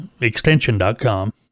extension.com